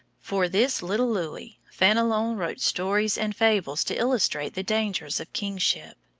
for this little louis, fenelon wrote stories and fables to illustrate the dangers of kingship.